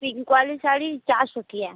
pink वाली साड़ी चार सौ की है